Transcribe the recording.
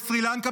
בסרי לנקה,